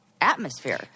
atmosphere